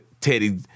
Teddy